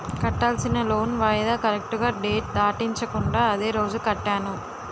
కట్టాల్సిన లోన్ వాయిదా కరెక్టుగా డేట్ దాటించకుండా అదే రోజు కట్టాను